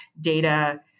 data